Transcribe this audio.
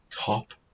top